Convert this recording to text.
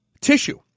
tissue